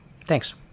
Thanks